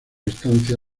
instancia